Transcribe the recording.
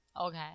okay